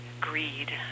greed